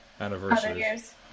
anniversaries